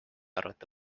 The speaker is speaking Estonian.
arvata